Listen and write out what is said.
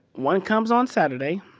one comes on saturday.